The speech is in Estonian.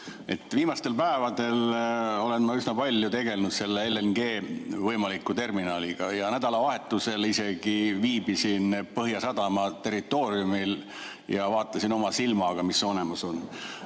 Viimastel päevadel olen ma üsna palju tegelenud selle võimaliku LNG‑terminaliga. Nädalavahetusel viibisin isegi Põhjasadama territooriumil ja vaatasin oma silmaga, mis olemas on.